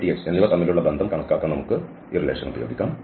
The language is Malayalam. dy dx എന്നിവ തമ്മിലുള്ള ബന്ധം കണക്കാക്കാൻ നമുക്ക് ഈ ബന്ധം ഉപയോഗിക്കാം